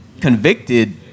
convicted